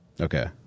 Okay